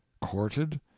courted